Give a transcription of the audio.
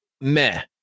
meh